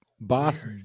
Boss